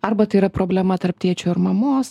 arba tai yra problema tarp tėčio ir mamos